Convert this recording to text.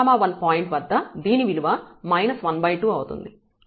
1 1 point వద్ద దీని విలువ 12 అవుతుంది